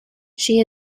she